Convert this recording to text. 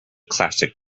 classic